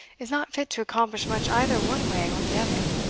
is not fit to accomplish much either one way or the other.